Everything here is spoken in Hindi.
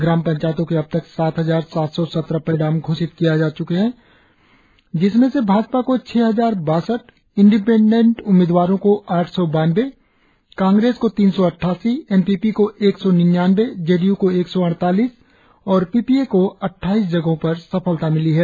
ग्राम पंचायतों के अब तक सात हजार सात सौ सत्रह परिणाम घोषित किए जा च्के है जिसमें से भाजपा को छह हजार बासठ इंडिपेंडेंट उम्मीदवारों को आठ सौ बानवे कांग्रेस को तीन सौ अट्ठासी एनपीपी को एक सौ निन्यानवे जेडीयू को एक सौ अड़तालीस और पीपीए को अड्डाइस जगहों पर सफलता मिली है